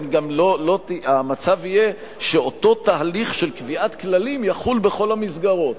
גם המצב יהיה שאותו תהליך של קביעת כללים יחול בכל המסגרות.